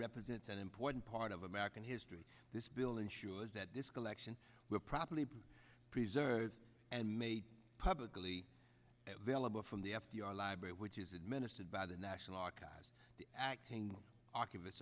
represents an important part of american history this building shula's that this collection will properly be preserved and made publicly available from the f d r library which is administered by the national archives acting oc